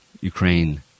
Ukraine